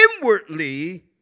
inwardly